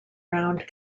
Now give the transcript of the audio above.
round